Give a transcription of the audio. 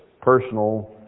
personal